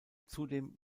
zudem